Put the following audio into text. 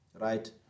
right